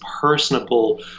personable